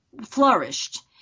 flourished